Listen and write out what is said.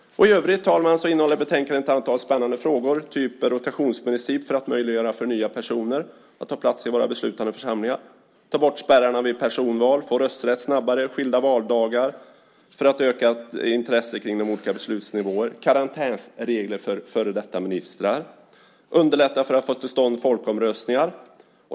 I övrigt, fru talman, innehåller betänkandet ett antal spännande frågor, till exempel om en rotationsprincip för att möjliggöra för nya personer att ta plats i våra beslutande församlingar, om att ta bort spärrarna vid personval, om att snabbare få rösträtt, om skilda valdagar för att få ett ökat intresse kring de olika beslutsnivåerna, om karantänsregler för före detta ministrar och om att underlätta för att få till stånd folkomröstningar.